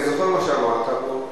אני זוכר מה שאמרת פה.